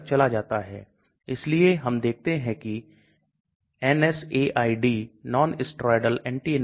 पानी जलीय है इसलिए हाइड्रोफिलिक octanol लिपोफिलिक हाइड्रोफोबिक है